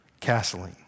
castling